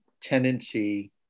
tendency